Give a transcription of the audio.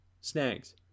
snags